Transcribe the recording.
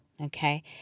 Okay